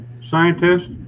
scientists